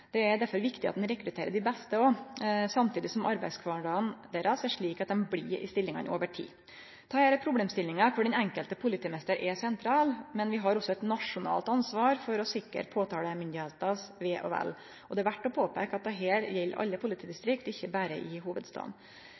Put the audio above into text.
Derfor er det òg viktig at ein rekrutterer dei beste, samtidig som arbeidskvardagen deira er slik at dei blir i stillingane over tid. Dette er problemstillingar der den enkelte politimester er sentral, men vi har også eit nasjonalt ansvar for å sikre påtalemaktas ve og vel, og det er verdt å påpeike at dette gjeld alle politidistrikt, ikkje berre i